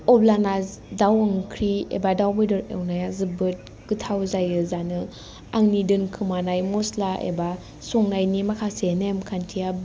अब्लाना दाव ओंख्रि एबा दाव बेदर एवनाया जोबोद गोथाव जायो जानो आंनि दोनखोमानाय मस्ला एबा संनायनि माखासे नेमखान्थिआ